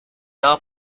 daha